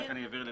אני אבהיר.